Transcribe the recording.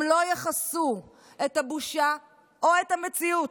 הם לא יכסו את הבושה או את המציאות,